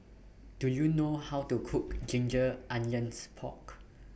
Do YOU know How to Cook Ginger Onions Pork